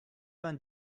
vingt